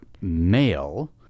male